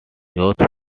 youths